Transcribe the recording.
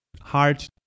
hard